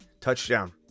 Touchdown